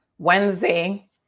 wednesday